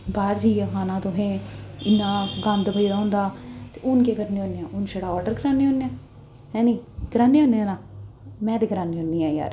बाह्र जाइयै खाना तुहें इन्ना गंद पेदा होंदा ते हून केह् करने होन्नें हून छड़ा आर्डर कराने होन्नें है नी करान्ने होन्नें ना में ते करान्नी होन्नी आं यार